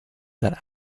that